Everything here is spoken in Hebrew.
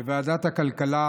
בוועדת הכלכלה,